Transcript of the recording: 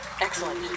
Excellent